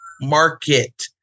market